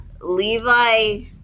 Levi